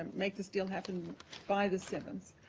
and make this deal happen by the seventh,